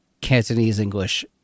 Cantonese-English